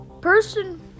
person